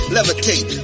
Levitate